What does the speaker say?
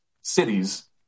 cities